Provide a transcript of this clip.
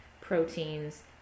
proteins